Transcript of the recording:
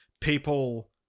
people